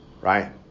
Right